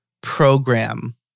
program